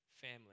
family